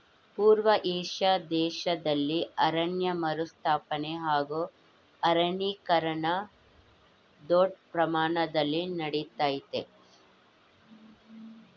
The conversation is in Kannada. ಪೂರ್ವ ಏಷ್ಯಾ ದೇಶ್ದಲ್ಲಿ ಅರಣ್ಯ ಮರುಸ್ಥಾಪನೆ ಹಾಗೂ ಅರಣ್ಯೀಕರಣ ದೊಡ್ ಪ್ರಮಾಣ್ದಲ್ಲಿ ನಡಿತಯ್ತೆ